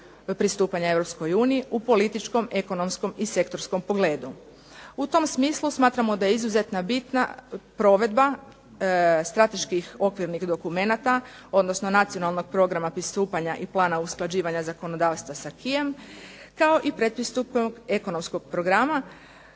pristupanja EU u političkom, ekonomskom i sektorskom pogledu. U tom smislu smatramo da je izuzetno bitna provedba strateških okvirnih dokumenata, odnosno Nacionalnog programa pristupanja i plana usklađivanja zakonodavstva s aquisom kao i pretpristupnog ekonomskog programa